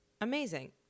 Amazing